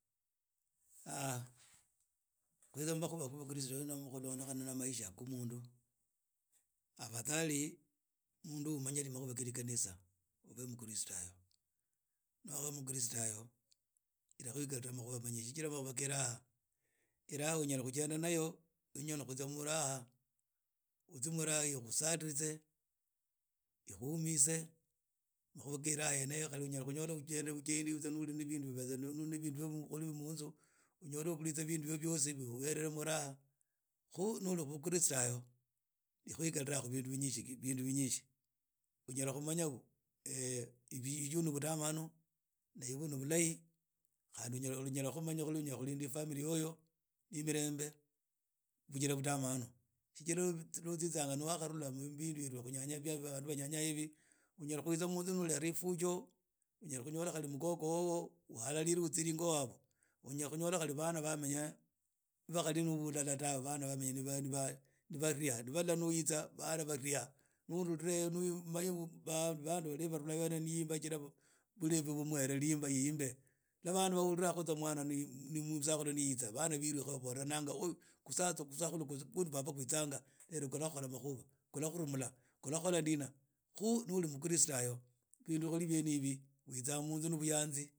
Khwiyma khuba mkiristo khulondekhana na maisha kho mundu afadhali mundu umanye makhuba khe rikhanisa obe mkristayo noba mkhristayo ila khwikhala makhuba manyishi shijila makhuba khe ilaha ilaha unyala khujenda nayo niba no khutsia mulaha, uche mulaha ikkhusalitse, ikhuhumitsie, makhuba ge ilaha yene eyo khali unyala khunyolaujenda ujendi butswa ne bindu bili munzu unyola ukhuritsi bindu byobyo byotsi biwere mulaha. Khu nili mkhristayo ikhwikhala khu bindu vinyitsi unyala khumanya yivbu ni budamanu na yibu nu bhulahi khandi unyala khumanya khuli unyala khulinda ifamilia yoyo ne mirembe bujila budamanu shijira no tsitsanga no wakharula mu bindu bya bandu banyanaya ibi unyala khutsa munzu ulerha efujo unyala khunyola khari mkhokho wobo ukkhalalire utsi yengo wabo unyala khunyola khari bana bamenya bali no bulala tabe bana bamenya ni ba ni ba ni barhia nibala ni witsa bana barhulia no rhule bandu bandi barhula irla ne bi. ba bulevi bhumuhere rhiimba yiimbe rwa bana bahula butsa mwana musakhulu ni yitsa bana belukha babolananga. oooh khusatsa khusakhulu khundi baba khwitsanga lerho khula khola makhuba, khulakhurumula khula khola ndina khu noli mkristayo bundu khuli byene ibi utsa munzu no buyanzi.